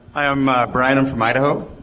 i'm brian, i'm from idaho.